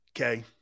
Okay